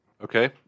Okay